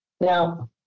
now